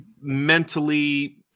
mentally